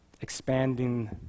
expanding